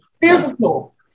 physical